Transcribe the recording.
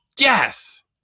yes